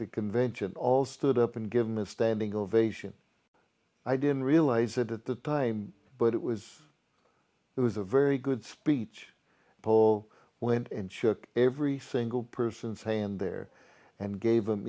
the convention all stood up and give him a standing ovation i didn't realize it at the time but it was it was a very good speech pole went and shook every single person's hand there and gave them